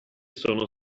sono